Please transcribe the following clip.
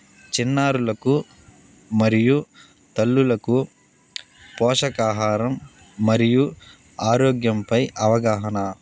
చిన్నారులకు మరియు తల్లులకు పోషకాహారం మరియు ఆరోగ్యంపై అవగాహన